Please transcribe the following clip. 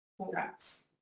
congrats